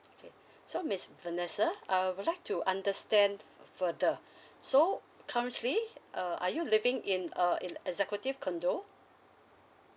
okay so miss vanessa I'd like to understand further so currently uh are you living in a executive condo